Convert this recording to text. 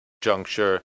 juncture